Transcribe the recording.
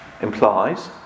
implies